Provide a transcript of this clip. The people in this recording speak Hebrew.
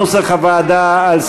כנוסח הוועדה.